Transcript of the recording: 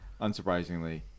unsurprisingly